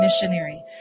missionary